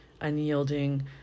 unyielding